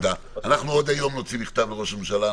עוד היום נוציא מכתב לראש הממשלה.